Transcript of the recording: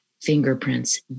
fingerprints